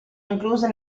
incluse